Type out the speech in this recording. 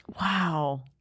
Wow